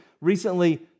recently